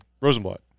Rosenblatt